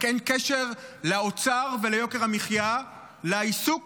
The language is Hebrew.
רק אין קשר בין האוצר ויוקר המחיה לעיסוק